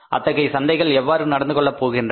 அத்தகைய சந்தைகள் எவ்வாறு நடந்து கொள்ளப் போகின்றன